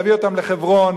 להביא אותם לחברון,